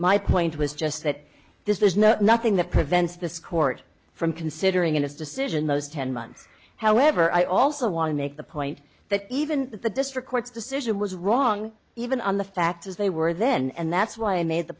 my point was just that there's no nothing that prevents this court from considering in his decision those ten months however i also want to make the point that even the district court's decision was wrong even on the facts as they were then and that's why i made the